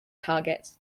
targets